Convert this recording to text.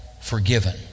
forgiven